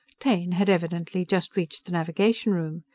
taine had evidently just reached the navigation room.